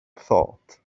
thought